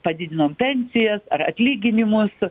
padidinom pensijas ar atlyginimus